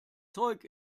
zeug